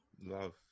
Love